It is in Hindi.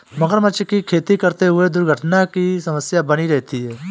मगरमच्छ की खेती करते हुए दुर्घटना की समस्या बनी रहती है